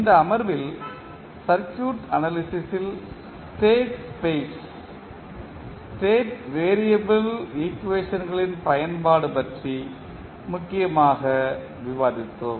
இந்த அமர்வில் circuit analysis ல் ஸ்டேட் ஸ்பேஸ் ஸ்டேட் வெறியபிள் ஈக்குவேஷன்களின் பயன்பாடு பற்றி முக்கியமாக விவாதித்தோம்